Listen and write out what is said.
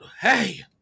hey